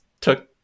took